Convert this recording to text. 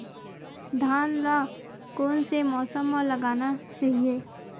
धान ल कोन से मौसम म लगाना चहिए?